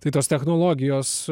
tai tos technologijos